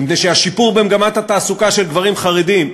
מפני שהשיפור במגמת התעסוקה של גברים חרדים,